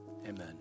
amen